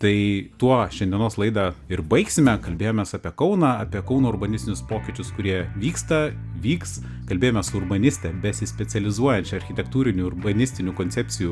tai tuo šiandienos laidą ir baigsime kalbėjomės apie kauną apie kauno urbanistinius pokyčius kurie vyksta vyks kalbėjomės su urbaniste besispecializuojančia architektūrinių urbanistinių koncepcijų